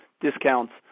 discounts